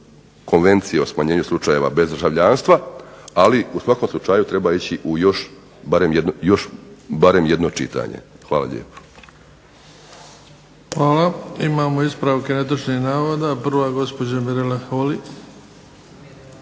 Konvencije o smanjenju slučajeva bezdržavljanstva, ali u svakom slučaju treba ići u još barem jedno čitanje. Hvala lijepo. **Bebić, Luka (HDZ)** Hvala. Imamo ispravke netočnih navoda. Prva, gospođa Mirela Holy.